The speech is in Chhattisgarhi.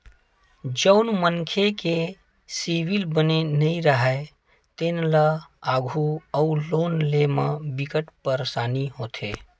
जउन मनखे के सिविल बने नइ राहय तेन ल आघु अउ लोन लेय म बिकट परसानी होथे